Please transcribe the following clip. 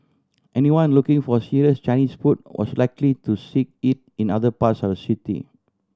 anyone looking for serious Chinese food was likely to seek it in other parts of city